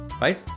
right